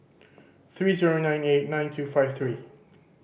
three zero nine eight nine two five three